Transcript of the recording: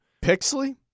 Pixley